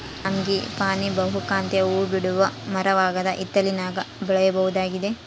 frangipani ಬಹುಕಾಂತೀಯ ಹೂಬಿಡುವ ಮರವಾಗದ ಹಿತ್ತಲಿನಾಗ ಬೆಳೆಯಬಹುದಾಗಿದೆ